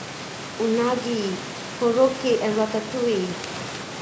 Unagi Korokke and Ratatouille